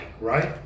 right